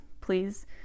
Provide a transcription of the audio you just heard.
Please